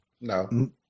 No